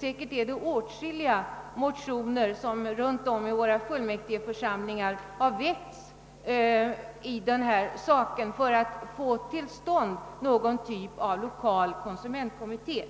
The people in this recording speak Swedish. Säkerligen är det åtskilliga motioner som i fullmäktigeförsamlingarna runtom i landet har väckts i denna sak för att få till stånd någon typ av lokala konsumentkommittéer.